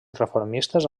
reformistes